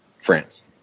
France